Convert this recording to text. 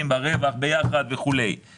רולנד הזכיר לכאורה את אותם